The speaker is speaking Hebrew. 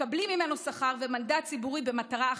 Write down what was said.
מקבלים ממנו שכר ומנדט ציבורי במטרה אחת: